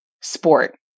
sport